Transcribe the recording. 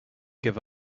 give